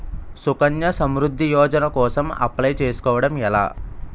సుకన్య సమృద్ధి యోజన కోసం అప్లయ్ చేసుకోవడం ఎలా?